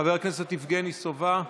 חבר הכנסת יבגני סובה,